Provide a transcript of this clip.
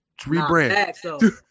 rebrand